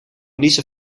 niezen